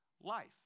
life